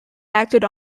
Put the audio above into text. acted